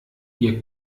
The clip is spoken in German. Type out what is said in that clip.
ihr